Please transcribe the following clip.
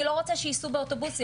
אני לא רוצה שיסעו באוטובוסים,